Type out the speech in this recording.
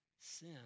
Sin